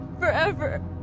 Forever